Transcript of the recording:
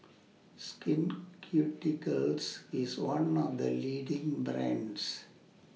Skin Ceuticals IS one of The leading brands